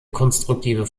konstruktive